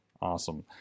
awesome